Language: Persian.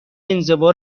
انزوا